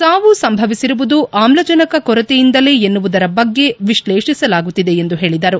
ಸಾವು ಸಂಭವಿಸಿರುವುದು ಆಮ್ಲಜನಕ ಕೊರತೆಯಿಂದಲೇ ಎನ್ನುವುದರ ಬಗ್ಗೆ ವಿಶ್ಲೇಷಿಸಲಾಗುತ್ತಿದೆ ಎಂದು ಹೇಳಿದರು